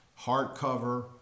hardcover